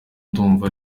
ndumva